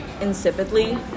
insipidly